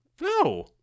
No